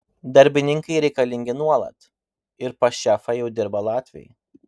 darbininkai reikalingi nuolat ir pas šefą jau dirba latviai